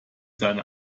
seine